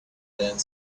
and